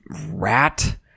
rat